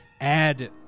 add